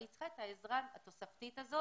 אבל היא צריכה את העזרה התוספתית הזאת.